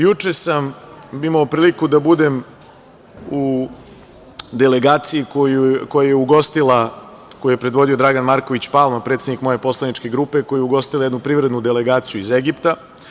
Juče sam imao priliku da budem u delegaciji koju je predvodio Dragan Marković Palma, predsednik moje poslaničke grupe, koja je ugostila jednu privrednu delegaciju iz Egipta.